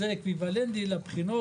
זה בדיוק מה שאני שאלתי, איך זה עובד בפועל.